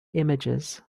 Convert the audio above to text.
images